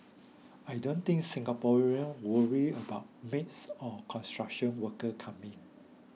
I don't think Singaporeans worry about maids or construction workers coming